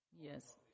Yes